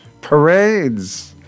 parades